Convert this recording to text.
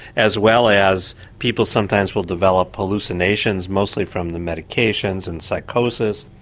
as well as people sometimes will develop hallucinations mostly from the medications and psychosis.